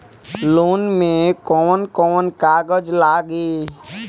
Loan में कौन कौन कागज लागी?